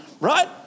right